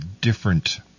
different